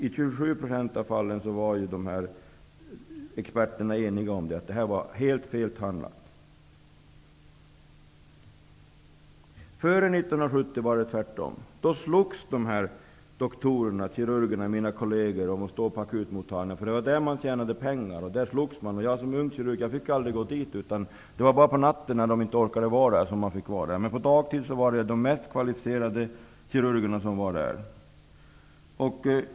Experterna var helt eniga om att man hade handlat helt felaktigt i 27 % av fallen. Före 1970 var det tvärtom. Då slogs mina kolleger om att få arbeta på akutmottagningarna, där de tjänade pengar. Som ung kirurg fick jag gå dit bara på natten, och på dagtid var det de mest kvalificerade kirurgerna som arbetade där.